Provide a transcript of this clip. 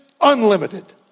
Unlimited